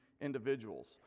individuals